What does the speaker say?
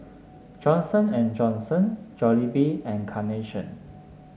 Johnson And Johnson Jollibee and Carnation